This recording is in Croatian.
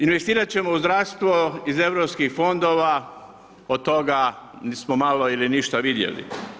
Investirat ćemo u zdravstvo iz europskih fondova, od toga smo malo ili ništa vidjeli.